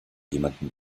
jemandem